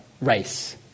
race